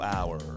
Hour